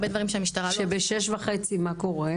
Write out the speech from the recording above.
הרבה דברים שהמשטרה לא --- שב-06:30 מה קורה?